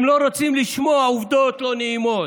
הם לא רוצים לשמוע עובדות לא נעימות,